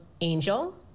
Angel